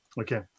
okay